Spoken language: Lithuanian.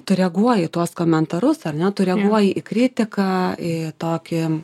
tu reaguoji į tuos komentarus ar ne tu reaguoji į kritiką į tokį